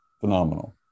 Phenomenal